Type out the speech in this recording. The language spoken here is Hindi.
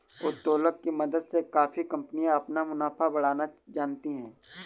उत्तोलन की मदद से काफी कंपनियां अपना मुनाफा बढ़ाना जानती हैं